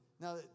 now